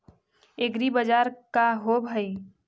एग्रीबाजार का होव हइ?